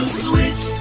switch